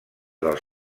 dels